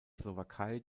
slowakei